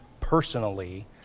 personally